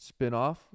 spinoff